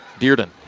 Dearden